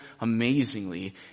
amazingly